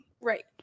right